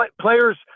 Players